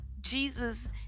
Jesus